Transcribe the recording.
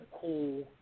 cool